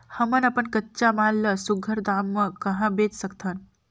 हमन अपन कच्चा माल ल सुघ्घर दाम म कहा बेच सकथन?